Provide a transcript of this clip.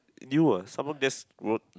you ah someone just wrote that